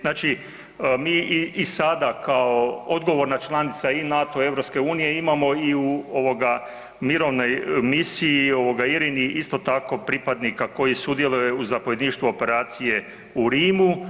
Znači mi i sada kao odgovorna članica i NATO i EU imamo i u mirovnoj misiji IRINI isto tako pripadnika koji sudjeluje u zapovjedništvu operacije u Rimu